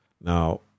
Now